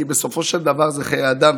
כי בסופו של דבר זה חיי אדם,